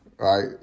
Right